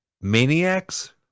Maniacs